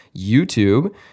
YouTube